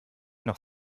noch